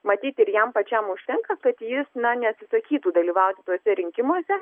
matyt ir jam pačiam užtenka kad jis na neatsisakytų dalyvauti tuose rinkimuose